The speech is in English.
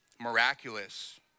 miraculous